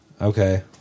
Okay